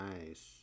Nice